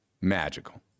Magical